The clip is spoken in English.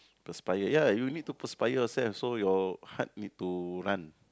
perspire ya you need to perspire yourself so your heart need to run